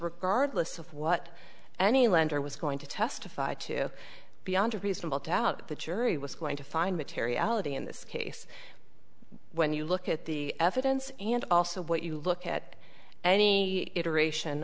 regardless of what any lender was going to testify to beyond reasonable doubt the jury was going to find materiality in this case when you look at the evidence and also what you look at any it aeration